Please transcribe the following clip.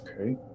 Okay